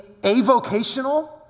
avocational